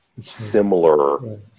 similar